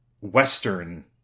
Western